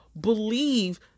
believe